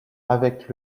avec